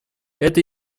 это